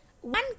one